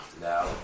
now